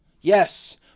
Yes